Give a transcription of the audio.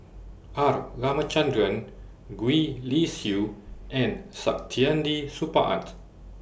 R Ramachandran Gwee Li Sui and Saktiandi Supaat